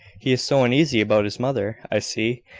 he is so uneasy about his mother, i see,